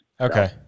Okay